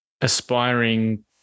aspiring